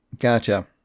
Gotcha